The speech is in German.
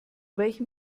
welchem